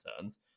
turns